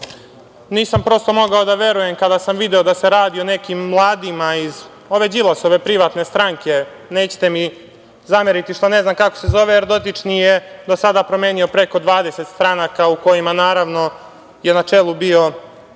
nisam mogao da verujem kada sam video da se radi o nekim mladima iz ove Đilasove privatne stranke, nećete mi zameriti što ne znam kako se zove, jer dotični je do sada promenio preko 20 stranaka u kojima je, naravno, na čelu bio